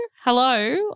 hello